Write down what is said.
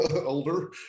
older